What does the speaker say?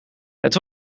het